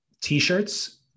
t-shirts